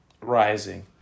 rising